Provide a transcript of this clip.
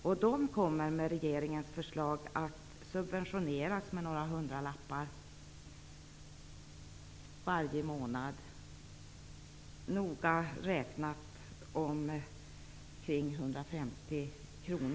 De kommer till följd av regeringens förslag att subventioneras med några hundralappar varje månad -- noga räknat med i medeltal 150 kr.